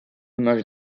image